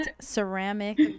ceramic